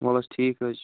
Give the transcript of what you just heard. ولہٕ حظ ٹھیٖک حظ چھُ